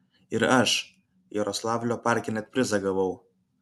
ir aš jaroslavlio parke net prizą gavau